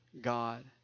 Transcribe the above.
God